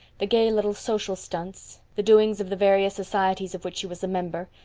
the gay little social stunts, the doings of the various societies of which she was a member,